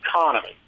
economy